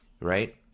right